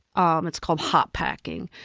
um it's called hot packing.